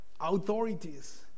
authorities